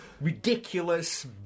Ridiculous